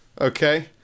Okay